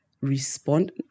respond